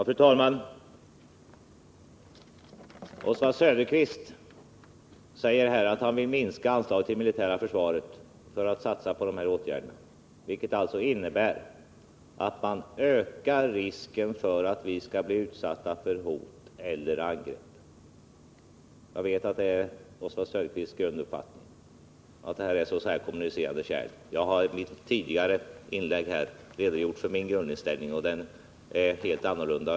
Fru talman! Oswald Söderqvist säger att han vill minska anslaget till det militära försvaret och i stället satsa mera på andra åtgärder. Det innebär att man ökar risken för att vi skall bli utsatta för hot eller angrepp. Jag vet att det är Oswald Söderqvists uppfattning att detta är så att säga kommunicerande kärl. Jag har i mitt tidigare inlägg redogjort för min grundinställning, och den är helt annorlunda.